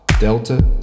delta